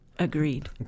Agreed